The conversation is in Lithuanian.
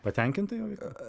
patenkinta jo veikla